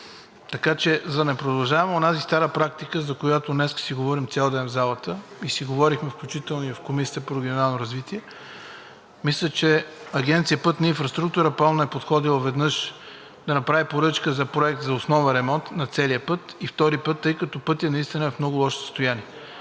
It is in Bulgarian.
Така че, за да не продължаваме онази стара практика, за която днес си говорим цял ден в залата и си говорихме, включително и в Комисията по регионално развитие, мисля, че Агенция „Пътна инфраструктура“ правилно е подходила – веднъж, да направи поръчка за проект за основен ремонт на целия път и втори път, тъй като пътят наистина е в много лошо състояние.